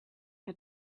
had